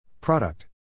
Product